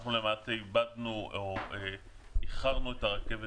אנחנו למעשה איחרנו את הרכבת.